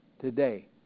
today